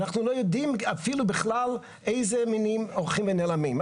אנחנו לא יודעים אפילו בכלל איזה מינים הולכים ונעלמים.